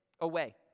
away